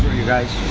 you guys